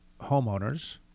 homeowners